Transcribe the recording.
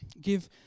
Give